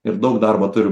ir daug darbo turi